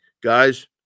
guys